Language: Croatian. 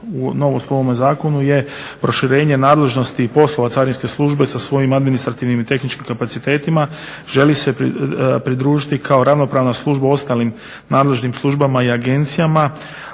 novost u ovome zakonu je proširenje nadležnosti i poslova carinske službe sa svojim administrativnim i tehničkim kapacitetima, želi se pridružiti kao ravnopravna služba ostalim nadležnim službama i agencijama